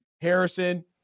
Harrison